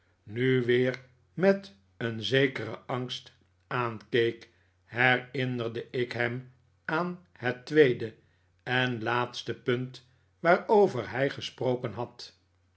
nu weer met een zekeren angst aankeek herinnerde ik hem aan het tweede en laatste punt waarover hij gesproken had